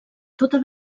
tota